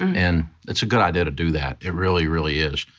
and it's a good idea to do that. it really, really is.